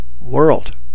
world